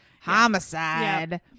homicide